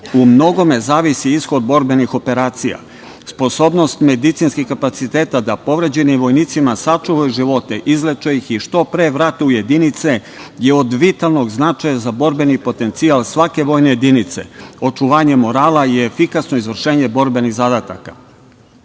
u mnogome zavisi ishod borbenih operacija. Sposobnost medicinskih kapaciteta da povređenim vojnicima sačuvaju živote, izleče ih i što pre vrate u jedinice je od vitalnog značaja za borbeni potencijal svake vojne jedinice. Očuvanje morala je efikasno izvršenje borbenih